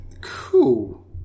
Cool